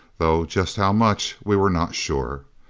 though just how much we were not sure.